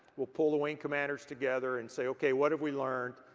we'll pull the wing commanders together and say, okay, what have we learned?